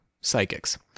Psychics